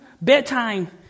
Bedtime